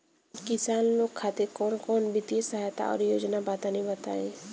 किसान लोग खातिर कवन कवन वित्तीय सहायता और योजना बा तनि बताई?